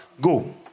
Go